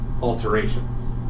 alterations